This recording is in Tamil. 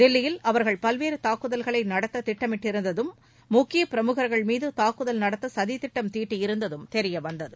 தில்லியில் அவர்கள் பல்வேறு தாக்குதல்களை நடத்த திட்டமிட்டிருந்ததும் முக்கிய பிரமுகர்கள் மீது தாக்குதல் நடத்த சதித்திட்டம் தீட்டியிருந்ததும் தெரியவந்தது